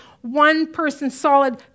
one-person-solid